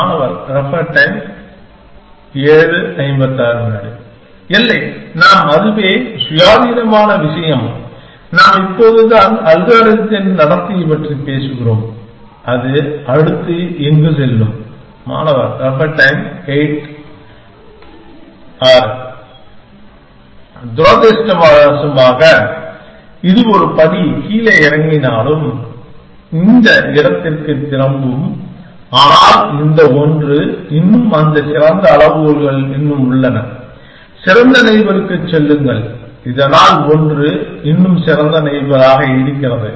மாணவர் Refer Time 0756 இல்லை நாம் அதுவே சுயாதீனமான விஷயம் நாம் இப்போது தான் அல்காரிதத்தின் நடத்தை பற்றி பேசுகிறோம் அது அடுத்து எங்கு செல்லும் மாணவர் Refer Time 0806 துரதிர்ஷ்டவசமாக இது ஒரு படி கீழே இறங்கினாலும் இந்த இடத்திற்குத் திரும்பும் ஆனால் இந்த ஒன்று இன்னும் அந்த சிறந்த அளவுகோல்கள் இன்னும் உள்ளன சிறந்த நெய்பருக்குச் செல்லுங்கள் இதனால் ஒன்று இன்னும் சிறந்த நெய்பராக இருக்கிறது